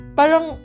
parang